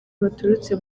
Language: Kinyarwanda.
baturutse